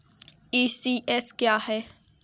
ECS क्या है?